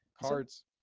cards